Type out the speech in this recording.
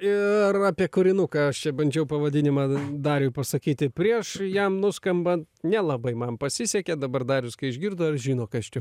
ir apie kūrinuką aš čia bandžiau pavadinimą dariui pasakyti prieš jam nuskambant nelabai man pasisekė dabar darius kai išgirdo ir žino kas čia